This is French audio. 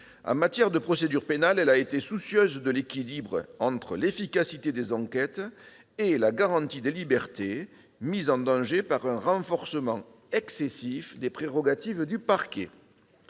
En matière de procédure pénale, elle a été soucieuse de maintenir l'équilibre entre l'efficacité des enquêtes et la garantie des libertés, mises en danger par un renforcement excessif des prérogatives du parquet.